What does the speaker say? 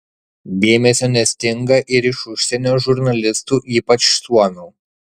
dėmesio nestinga ir iš užsienio žurnalistų ypač suomių